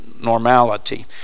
normality